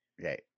Right